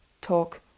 talk